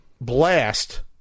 blast